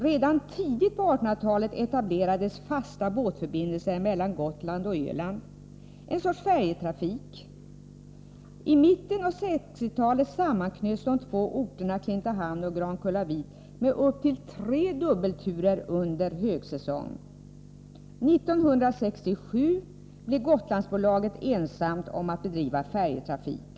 Redan tidigt på 1800-talet etablerades fasta båtförbindelser mellan Gotland och Öland, en sorts färjetrafik. I mitten av 1960-talet sammanknöts de två orterna Klintehamn och Grankullavik med upp till tre dagliga dubbelturer under högsäsong. År 1967 blev Gotlandsbolaget ensamt om att bedriva färjetrafik.